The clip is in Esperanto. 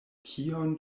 kion